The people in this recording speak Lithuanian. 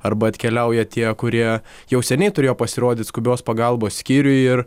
arba atkeliauja tie kurie jau seniai turėjo pasirodyt skubios pagalbos skyriuj ir